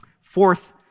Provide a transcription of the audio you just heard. Fourth